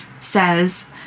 says